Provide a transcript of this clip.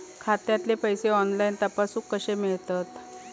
खात्यातले पैसे ऑनलाइन तपासुक कशे मेलतत?